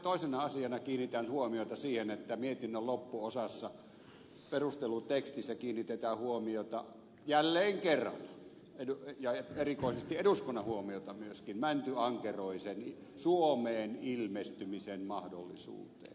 toisena asiana kiinnitän huomiota siihen että mietinnön loppuosassa perustelutekstissä kiinnitetään huomiota jälleen kerran ja erikoisesti eduskunnan huomiota myöskin mäntyankeroisen suomeen ilmestymisen mahdollisuuteen